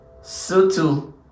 Sutu